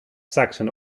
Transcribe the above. saxon